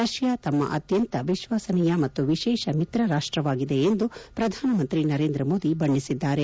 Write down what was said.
Russia ತಮ್ಮ ಅತ್ಯಂತ ವಿಶ್ವಾಸನೀಯ ಮತ್ತು ವಿಶೇಷ ಮಿತ್ರ ರಾಷ್ಟವಾಗಿದೆ ಎಂದು ಪ್ರಧಾನಮಂತ್ರಿ ನರೇಂದ್ರ ಮೋದಿ ಬಣ್ಣಿಸಿದ್ದಾರೆ